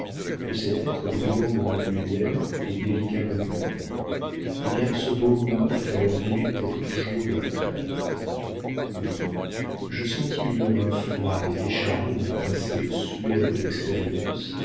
que cet être brillant comme une lumière est délicat comme une ombre eh bien ce beau moi fut alors vêtu pour toujours d'un crêpe oui je sentis une main froide et décharnée me passer le suaire de l'expérience